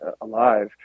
alive